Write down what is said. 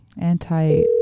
Anti